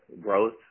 growth